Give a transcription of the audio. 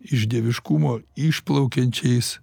iš dieviškumo išplaukiančiais